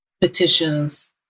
petitions